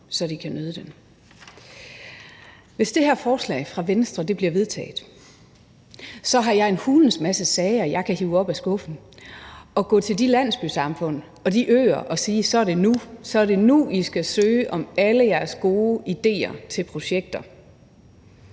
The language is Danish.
så de kan nyde den. Hvis det her forslag fra Venstre bliver vedtaget, har jeg en hulens masse sager, jeg kan hive op af skuffen, hvor jeg kan gå til de landsbysamfund og de øer og sige: Så er det nu. Så er det nu, I skal søge om alle jeres gode idéer til projekter.